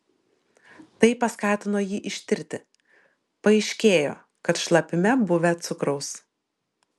tai paskatino jį ištirti paaiškėjo kad šlapime buvę cukraus